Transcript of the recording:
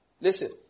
Listen